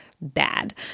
bad